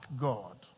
God